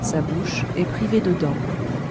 sa bouche est privée de dents